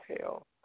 hell